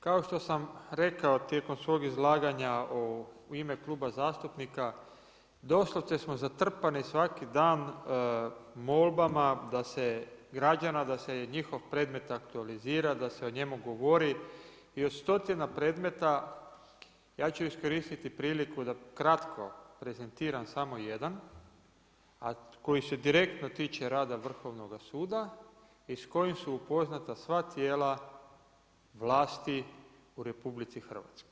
Kao što sam rekao tijekom svo izlaganja u ime kluba zastupnika, doslovce smo zatrpani svaki dan molbama građana da se njihov predmet aktualizira, da se o njemu govori i o stotina predmeta, ja ću iskoristiti priliku da kratko prezentiram samo jedan a koji se direktno tiče rada Vrhovnoga suda i s kojim su upoznata sva tijela vlasti u RH.